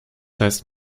heißt